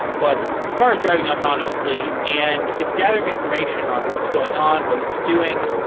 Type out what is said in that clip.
but the car is driving autonomously and it's gathering information on what's going on, what it's doing,